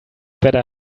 better